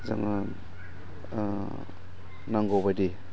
जोङो नांगौबायदि